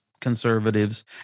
Conservatives